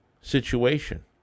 situation